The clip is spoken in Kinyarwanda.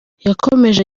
yakomeje